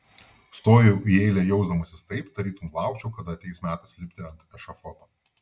stojau į eilę jausdamasis taip tarytum laukčiau kada ateis metas lipti ant ešafoto